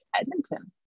Edmonton